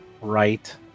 right